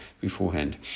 beforehand